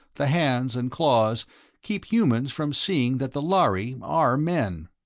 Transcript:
the hands and claws keep humans from seeing that the lhari are men.